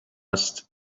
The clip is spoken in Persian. است